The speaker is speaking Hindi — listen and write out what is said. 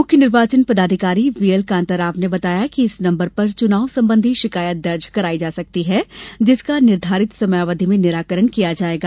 मुख्य निर्वाचन पदाधिकारी वी एल कान्ताराव ने बताया कि इस नंबर पर चुनाव संबंधी शिकायत दर्ज करायी जा सकती है जिसका निर्धारित समयावधि में निराकरण किया जायेगा